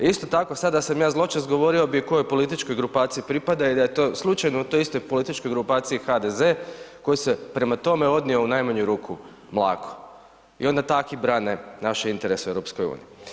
Isto tako, sad da sam ja zločast govorio bi kojoj političkoj grupaciji pripada i da je to slučajno u toj istoj političkoj grupaciji i HDZ koji se prema tome odnio u najmanju ruku mlako i onda takvi brane naše interese u EU.